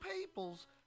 peoples